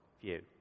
view